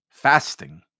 fasting